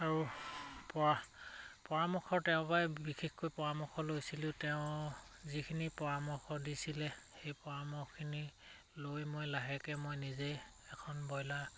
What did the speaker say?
আৰু পৰা পৰামৰ্শ তেওঁ পাই বিশেষকৈ পৰামৰ্শ লৈছিলোঁ তেওঁ যিখিনি পৰামৰ্শ দিছিলে সেই পৰামৰ্শখিনি লৈ মই লাহেকে মই নিজেই এখন ব্ৰইলাৰ